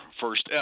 first